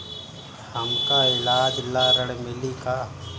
हमका ईलाज ला ऋण मिली का?